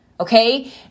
okay